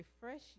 refresh